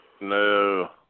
No